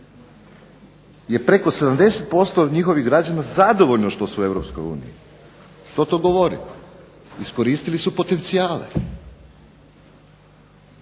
je preko 70% zadovoljno što su u EU. Što to govori? Iskoristili su potencijale.